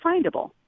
findable